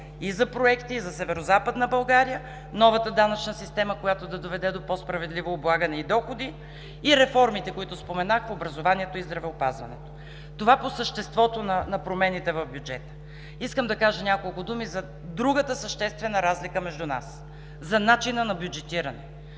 и за проекти, и за Северозападна България, новата данъчна система, която да доведе до по-справедливо облагане и доходи, и реформите, които споменах в образованието и здравеопазването. Това – по съществото са промените в бюджета. Искам да кажа няколко думи за другата съществена разлика между нас – за начина на бюджетиране.